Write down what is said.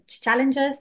challenges